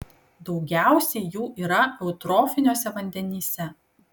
daugiausiai jų yra eutrofiniuose vandenyse